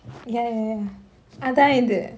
ya ya ya அதா இது:athaa ithu